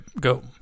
go